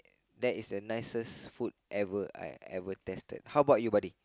that is the nicest food ever I ever tasted